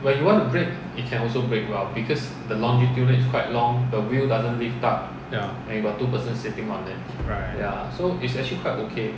ya right